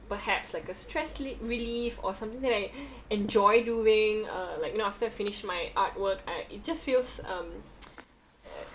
perhaps like a stress l~ relief or something that I enjoy doing uh like you know after I finish my artwork I it just feels um